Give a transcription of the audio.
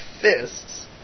fists